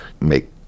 make